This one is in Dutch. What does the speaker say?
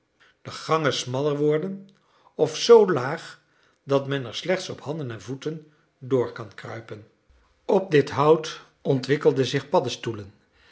de gangen smaller worden of zoo laag dat men er slechts op handen en voeten door kan kruipen op dit hout ontwikkelden zich paddestoelen